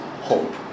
hope